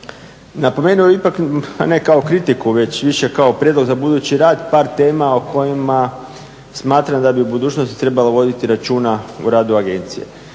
Napomenuo ipak ne kao kritiku već više kao prijedlog za budući rad par tema o kojima smatram da bi u budućnosti trebalo voditi računa u radu agencije.